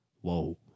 Whoa